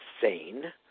sane